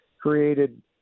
created